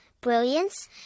brilliance